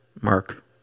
Mark